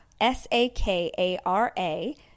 S-A-K-A-R-A